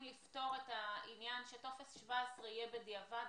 לפתור את העניין שטופס 17 יהיה בדיעבד,